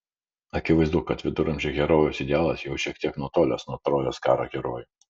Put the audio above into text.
akivaizdu kad viduramžių herojaus idealas jau šiek tiek nutolęs nuo trojos karo herojų